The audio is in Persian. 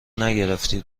نگرفتی